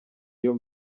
iyo